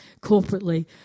corporately